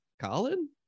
colin